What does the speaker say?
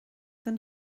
den